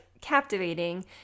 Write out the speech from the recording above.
captivating